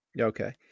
Okay